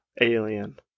alien